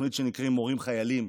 תוכנית שנקראת מורים חיילים.